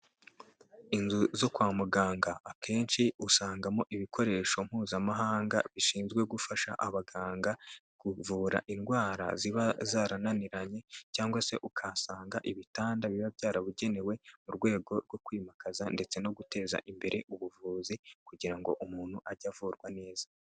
Inzu zo kwa muganga akenshi usangamo ibikoresho mpuzamahanga bishinzwe gufasha abaganga kuvura indwara ziba zarananiranye cyangwa se ukahasanga ibitanda biba byarabugenewe mu rwego rwo kwimakaza ndetse no guteza imbere ubuvuzi kugira ngo umuntu ajye avurwa neza.